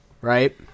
right